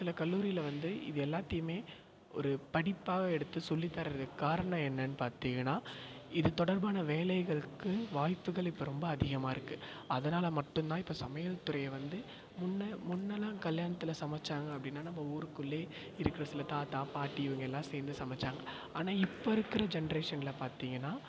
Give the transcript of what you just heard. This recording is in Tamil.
சில கல்லூரியில் வந்து இது எல்லாத்தையும் ஒரு படிப்பாகவே எடுத்து சொல்லித் தர்றதுக்கு காரணம் என்னென்னு பார்த்தீங்கன்னா இது தொடர்பான வேலைகளுக்கு வாய்ப்புகள் இப்போ ரொம்ப அதிகமாக இருக்குது அதனால் மட்டும் தான் இப்போ சமையல் துறையை வந்து முன்னே முன்னெல்லாம் கல்யாணத்தில் சமைச்சாங்க அப்படின்னா நம்ம ஊருக்குள்ளே இருக்கிற சில தாத்தா பாட்டி இவங்கெல்லாம் சேர்ந்து சமைச்சாங்க ஆனால் இப்போ இருக்கிற ஜென்ரேஷனில் பார்த்தீங்கன்னா